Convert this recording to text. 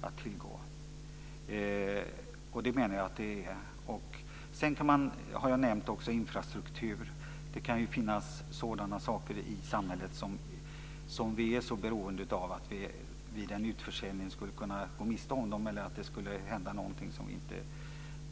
Jag har också nämnt infrastruktur som vi är så beroende av att en utförsäljning skulle kunna medföra att vi går miste om en viktig verksamhet eller att det skulle hända någonting som vi inte